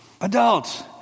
adults